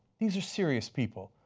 these are serious people,